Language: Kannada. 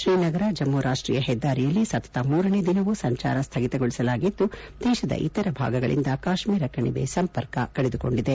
ಶ್ರೀನಗರ ಜಮ್ನು ರಾಷ್ಷೀಯ ಹೆದ್ದಾರಿಯಲ್ಲಿ ಸತತ ಮೂರನೇ ದಿನವೂ ಸಂಚಾರ ಸ್ವಗಿತಗೊಳಿಸಲಾಗಿದ್ದು ದೇಶದ ಇತರ ಭಾಗಗಳಿಂದ ಕಾಶ್ಮೀರ ಕಣಿವೆ ಸಂಪರ್ಕ ಕಡಿದುಕೊಂಡಿದೆ